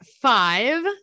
five